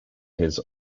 his